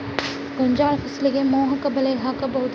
ಗೋಂಜಾಳ ಫಸಲಿಗೆ ಮೋಹಕ ಬಲೆ ಹಾಕಬಹುದೇ?